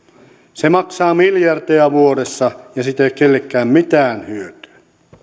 se maksaa miljardeja vuodessa ja siitä ei ole kellekään mitään hyötyä